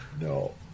No